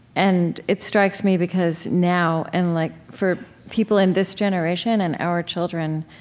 and it strikes me because now, and like for people in this generation and our children,